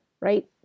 right